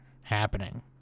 happening